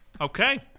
Okay